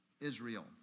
Israel